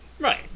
Right